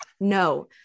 No